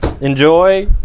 Enjoy